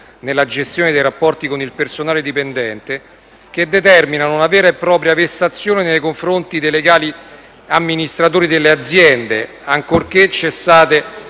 nella gestione dei rapporti con il personale dipendente che determinano una vera e propria vessazione nei confronti dei legali amministratori delle aziende, ancorché cessate